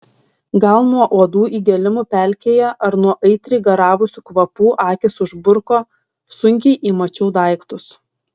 gal nuo uodų įgėlimų pelkėje ar nuo aitriai garavusių kvapų akys užburko sunkiai įmačiau daiktus